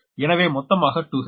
எனவே மொத்தமாக 2h